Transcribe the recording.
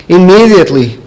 immediately